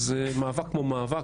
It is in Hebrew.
אז במאבק כמו במאבק,